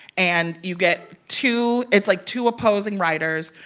and you get two it's like two opposing writers,